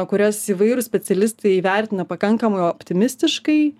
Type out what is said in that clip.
kurias įvairūs specialistai įvertina pakankamai optimistiškai